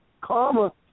karma